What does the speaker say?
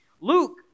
Luke